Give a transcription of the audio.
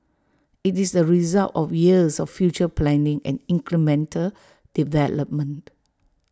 IT is the result of years of future planning and incremental development